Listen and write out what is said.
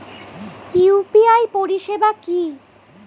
UPI পরিষেবা কি?